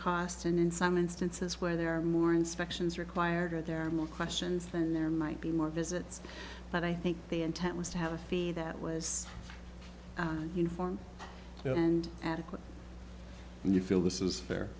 cost and in some instances where there are more inspections required there are more questions and there might be more visits but i think the intent was to have a feed that was uniform and adequate and you feel this is fair